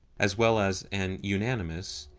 as well as an unanimous,